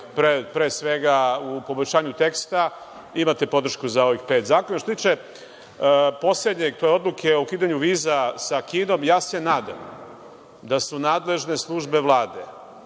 pre svega u poboljšanju teksta, imate podršku za ovih pet zakona. Što se tiče poslednjeg, to je odluka o ukidanju viza sa Kinom, ja se nadam da su nadležne službe Vlade